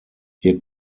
ihr